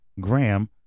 Graham